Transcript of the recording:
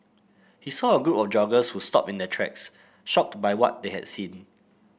he saw a group of joggers who stopped in their tracks shocked by what they had seen